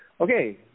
Okay